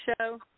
Show